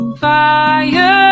fire